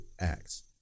acts